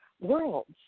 worlds